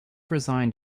resigned